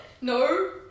No